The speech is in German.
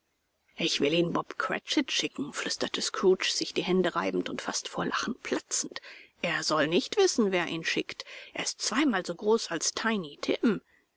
ich will ihn bob cratchit schicken flüsterte scrooge sich die hände reibend und fast vor lachen platzend er soll nicht wissen wer ihn schickt er ist zweimal so groß als tiny tim